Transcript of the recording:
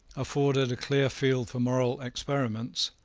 afforded a clear field for moral experiments,